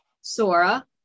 Sora